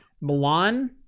milan